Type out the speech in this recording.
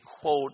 quote